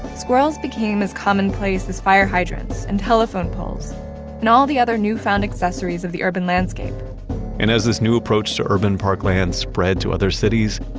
squirrels became as commonplace as fire hydrants and telephone poles and all the other new-found accessories of the urban landscape and as this new approach to urban parklands spread to other cities,